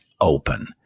open